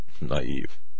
naive